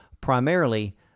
primarily